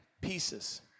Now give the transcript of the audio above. pieces